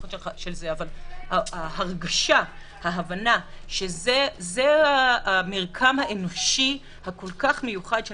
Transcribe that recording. אבל ההבנה שזה המרקם האנושי הכל כך מיוחד של